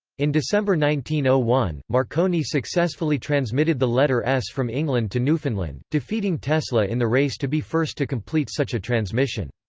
in december ah one, marconi successfully transmitted the letter s from england to newfoundland, defeating tesla in the race to be first to complete such a transmission.